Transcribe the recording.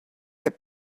that